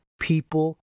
people